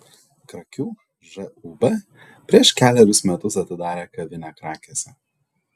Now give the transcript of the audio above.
krakių žūb prieš kelerius metus atidarė kavinę krakėse